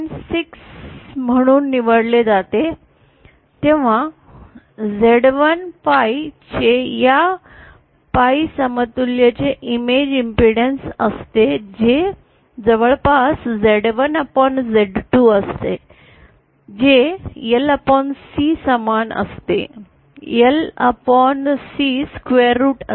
6 म्हणून निवडले जाते तेव्हा Z1 पाई जे या पाई समतुल्यतेचे इमेज इम्पीडैन्स असते ते जवळपास Z1Z2 असते जे LC या समान असते LC स्क्वेअर रूट असते